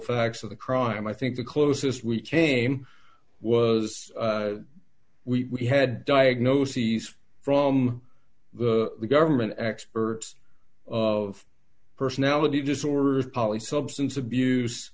facts of the crime i think the closest we came was we had diagnoses from the government experts of personality disorders poly substance abuse